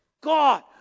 God